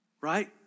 Right